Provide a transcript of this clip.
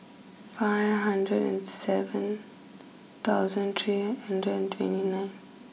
five hundred and seven thousand three hundred and twenty nine